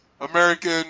American